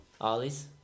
Ollies